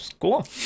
Cool